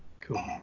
Cool